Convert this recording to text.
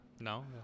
No